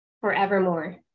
forevermore